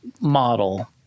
model